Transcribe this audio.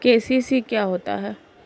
KCC क्या होता है?